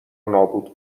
نابود